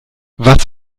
was